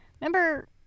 Remember